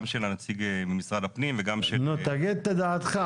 גם של הנציג ממשרד הפנים וגם של --- תגיד את דעתך,